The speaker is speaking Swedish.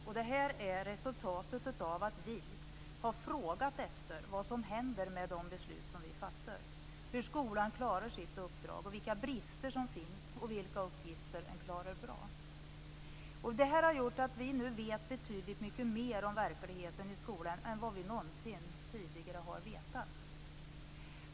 Och detta är resultatet av att vi har frågat efter vad som händer med de beslut som vi fattar, hur skolan klarar sitt uppdrag, vilka brister som finns, och vilka uppgifter som skolan klarar bra. Detta har gjort att vi nu vet betydligt mycket mer om verkligheten i skolan än vad vi någonsin tidigare har vetat.